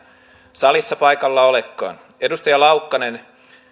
salissa paikalla olekaan edustaja laukkanen